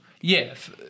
yes